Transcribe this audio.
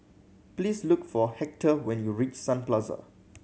please look for Hector when you reach Sun Plaza